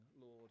Lord